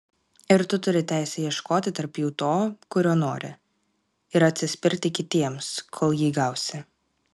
ir tu turi teisę ieškoti tarp jų to kurio nori ir atsispirti kitiems kol jį gausi